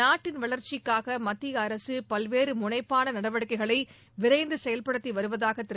நாட்டின் வளர்ச்சிக்காக மத்திய அரசு பல்வேறு முனைப்பான நடவடிக்கைகளை விரைந்து செயல்படுத்தி வருவதாக திரு